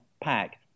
pack